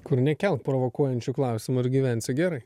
kur nekelk provokuojančių klausimų ir gyvensi gerai